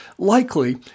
Likely